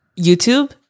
youtube